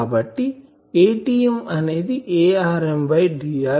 కాబట్టి Atm అనేది Arm by Dr